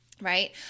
right